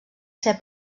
ser